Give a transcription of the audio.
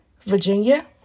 Virginia